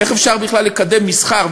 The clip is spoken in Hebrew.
איך אפשר בכלל לקדם מסחר,